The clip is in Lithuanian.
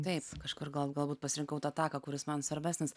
taip kažkur gal galbūt pasirinkau tą taką kuris man svarbesnis